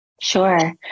Sure